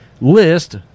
list